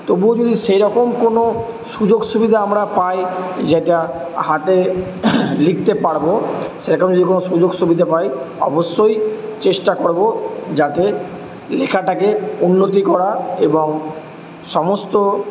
তবুও যদি সেই রকম কোন সুযোগ সুবিধা আমরা পাই যেটা হাতে লিখতে পারবো সেরকম যে কোনো সুযোগ সুবিধা পাই অবশ্যই চেষ্টা করবো যাতে লেখাটাকে উন্নতি করা এবং সমস্ত